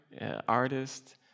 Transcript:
artist